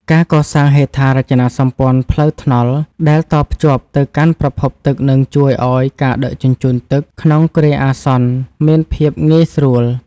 ការកសាងហេដ្ឋារចនាសម្ព័ន្ធផ្លូវថ្នល់ដែលតភ្ជាប់ទៅកាន់ប្រភពទឹកនឹងជួយឱ្យការដឹកជញ្ជូនទឹកក្នុងគ្រាអាសន្នមានភាពងាយស្រួល។